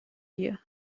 dir